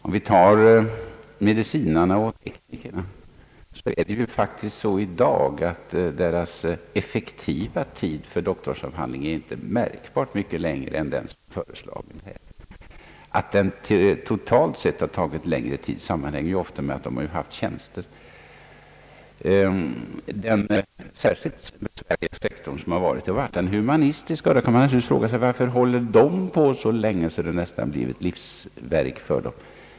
Vad beträffar medicinarna och teknikerna är det faktiskt så i dag att deras effektiva tid för doktorsavhandling inte är märkbart mycket längre än den som föreslagits i propositionen. Att det totalt sett ibland tagit längre tid sammanhänger med att doktoranderna ofta innehaft tjänster. Den mest besvärliga sektorn har varit den humanistiska. Man kan naturligtvis fråga sig varför humanisterna håller på så länge med sina avhandlingar att det nästan blir ett livsverk för dem.